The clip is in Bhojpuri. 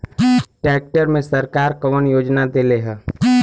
ट्रैक्टर मे सरकार कवन योजना देले हैं?